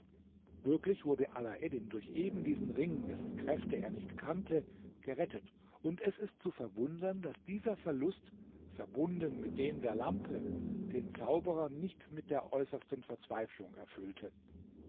wirklich wurde alaeddin durch eben diesen ring dessen kräfte er nicht kannte gerettet und es ist zu verwundern daß dieser verlust verbunden mit dem der lampe den zauberer nicht mit der äußersten verzweiflung erfüllte